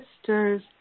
sisters